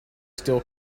still